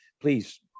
please